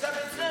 האסלאם מאצלנו.